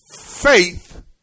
faith